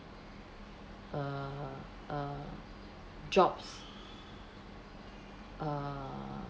uh uh jobs uh